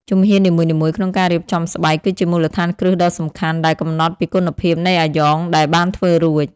ជំហាននីមួយៗក្នុងការរៀបចំស្បែកគឺជាមូលដ្ឋានគ្រឹះដ៏សំខាន់ដែលកំណត់ពីគុណភាពនៃអាយ៉ងដែលបានធ្វើរួច។